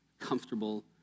comfortable